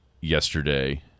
yesterday